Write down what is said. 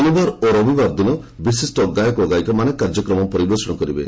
ଶନିବାର ଓ ରବିବାର ଦିନ ବିଶିଷ୍ଟ ଗୟକଗାୟିକାମାନେ କାର୍ଯ୍ୟକ୍ରମ ପରିବେଷଣ କରିବେ